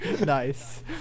Nice